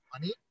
money